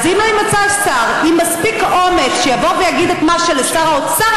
אז אם לא יימצא השר עם מספיק אומץ שיבוא ויגיד את מה שלשר האוצר